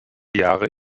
jahre